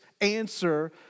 answer